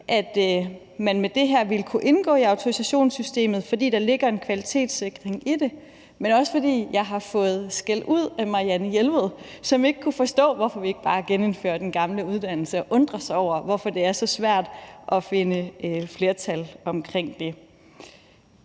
at man med det her vil kunne indgå i autorisationssystemet, fordi der ligger en kvalitetssikring i det, men jeg siger det også, fordi jeg har fået skældud af Marianne Jelved, som ikke kunne forstå, hvorfor vi ikke bare genindfører den gamle uddannelse, og undrer sig over, hvorfor det er så svært at finde flertal omkring det.